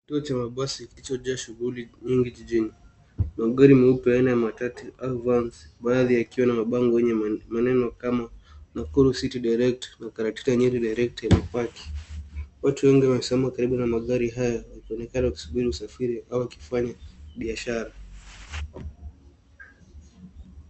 Kituo cha mabasi kilichojaa shughuli nyingi jijini. Magari meupe aina ya matatu au vans , baadhi yakiwa na mabango yenye maneno kama Nakuru City Direct na Karatina Nyeri Direct yaliyopaki. Watu wengi wamesimama karibu na magari haya wakionekana kusubiri usafiri au wakifanya biashara.